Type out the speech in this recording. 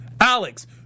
Alex